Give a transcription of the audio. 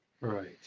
Right